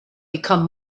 become